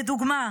לדוגמה,